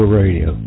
radio